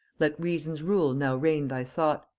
let reason's rule now reign thy thought,